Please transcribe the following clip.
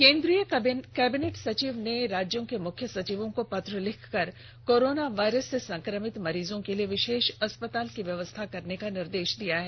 केन्द्रीय कैबिनेट सचिव ने राज्यों के मुख्य सचिवों को पत्र लिखकर कोरोना वायरस से संक्रमित मरीजों के लिए विषेष अस्पताल की व्यवस्था करने का निर्देष दिया है